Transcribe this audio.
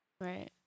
Right